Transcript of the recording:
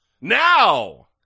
now